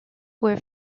were